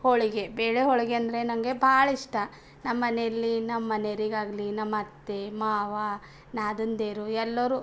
ಹೋಳಿಗೆ ಬೇಳೆ ಹೋಳಿಗೆ ಅಂದರೆ ನನಗೆ ಭಾಳ ಇಷ್ಟ ನಮ್ಮ ಮನೆಯಲ್ಲಿ ನಮ್ಮ ಮನೆಯೋರಿಗೆ ಆಗಲಿ ನಮ್ಮ ಅತ್ತೆ ಮಾವ ನಾದಿನಿದಿರು ಎಲ್ಲರೂ